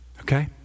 Okay